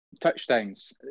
Touchdowns